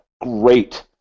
great